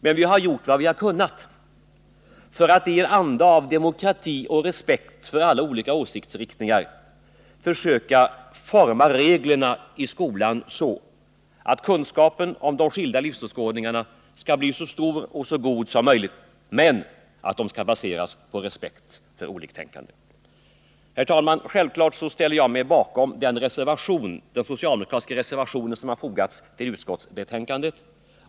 Men vi har gjort vad vi har kunnat för att i en anda av demokrati och respekt för alla olika åsiktsriktningar försöka forma reglerna i skolan så, att kunskapen om de skilda livsåskådningarna skall bli så stor och så god som möjligt men att den skall baseras på respekt för oliktänkande. Herr talman! Självfallet ställer jag mig bakom den socialdemokratiska reservation som har fogats till utskottsbetänkandet.